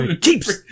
Keeps